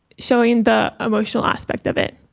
showing the emotional aspect of it.